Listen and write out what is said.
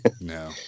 No